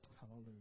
Hallelujah